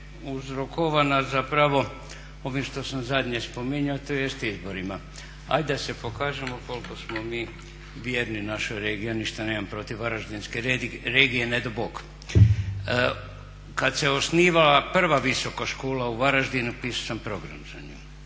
uzrokovana zapravo ovim što sam zadnje spominjao tj. izborima. Ajde da se pokažemo koliko smo mi vjerni našoj regiji. Ja ništa nemam protiv Varaždinske regije, ne dao Bog. Kada se osnivala prva visoka škola u Varaždinu pisao sam program za nju.